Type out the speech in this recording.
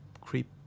creep